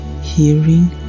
hearing